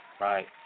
right